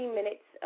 minutes